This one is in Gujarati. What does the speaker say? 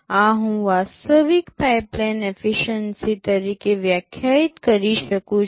આ હું વાસ્તવિક પાઇપલાઇન એફીશ્યન્સી તરીકે વ્યાખ્યાયિત કરી શકું છું